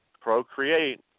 procreate